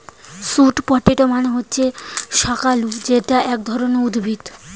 sweet potato মানে হচ্ছে শাকালু যেটা এক ধরণের উদ্ভিদ